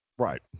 Right